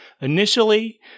initially